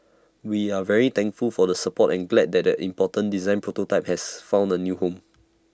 we are very thankful for the support and glad that the important design prototype has found A new home